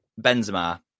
Benzema